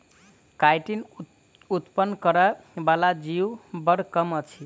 chitin उत्पन्न करय बला जीव बड़ कम अछि